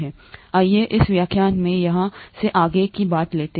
आइये इस व्याख्यान में यहाँ से आगे की बातें लेते हैं